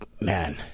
Man